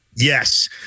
Yes